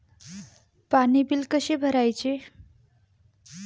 पाणी बिल कसे भरायचे?